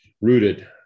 rooted